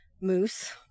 moose